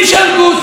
היום אני כבר אומר,